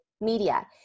media